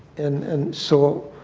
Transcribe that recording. and and so